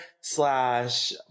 slash